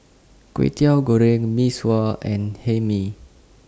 Kwetiau Goreng Mee Sua and Hae Mee